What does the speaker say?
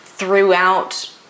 Throughout